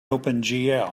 opengl